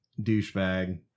douchebag